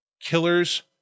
killers